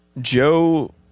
Joe